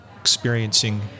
experiencing